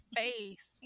face